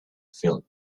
filled